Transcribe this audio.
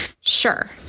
Sure